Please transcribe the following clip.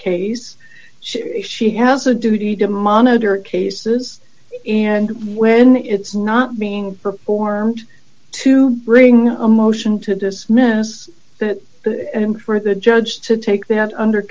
case she has a duty to monitor cases and when it's not being performed to bring a motion to dismiss that but for the judge to take that under